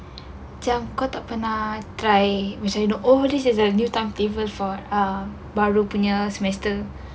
macam kau tak pernah try macam oh it's the new timetable for um baru punya semester